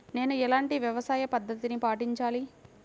నేను ఎలాంటి వ్యవసాయ పద్ధతిని పాటించాలి?